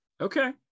okay